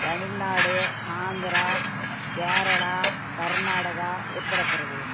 Tamil Nadu Andhra Kerala Karnataka Uttar Pradesh